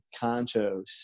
contos